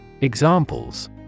Examples